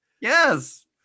Yes